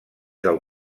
del